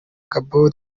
gabon